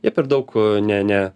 jie per daug a ne ne